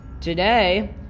today